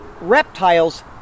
Reptiles